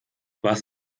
was